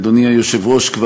אדוני היושב-ראש,